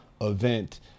event